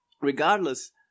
regardless